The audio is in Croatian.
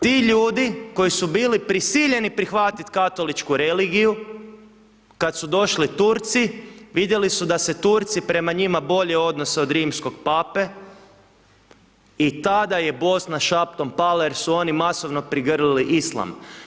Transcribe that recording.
Ti ljudi koji su bili prisiljeni prihvatiti katoličku religiju kad su došli Turci vidjeli su da se Turci prema njima bolje odnose od rimskog Pape i tada je Bosna šaptom pala, jer su oni masovno prigrlili islam.